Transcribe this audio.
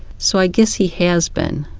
so i guess he has been,